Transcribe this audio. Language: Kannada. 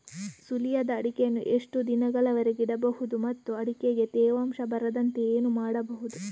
ಸುಲಿಯದ ಅಡಿಕೆಯನ್ನು ಎಷ್ಟು ದಿನಗಳವರೆಗೆ ಇಡಬಹುದು ಮತ್ತು ಅಡಿಕೆಗೆ ತೇವಾಂಶ ಬರದಂತೆ ಏನು ಮಾಡಬಹುದು?